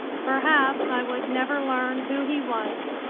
perhaps i would never learn who he was,